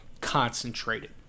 concentrated